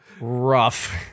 Rough